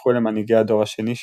והפכו למנהיגי הדור השני שלה.